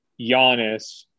Giannis